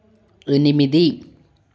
ఎనిమిది